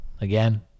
again